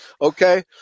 Okay